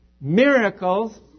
miracles